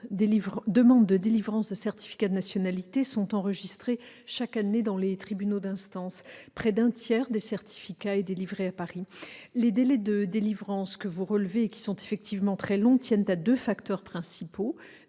000 demandes de délivrance de certificats de nationalité sont enregistrées chaque année dans les tribunaux d'instance. Près d'un tiers des certificats sont délivrés à Paris. Les délais de délivrance que vous avez relevés, et qui sont effectivement très longs, ont deux explications principales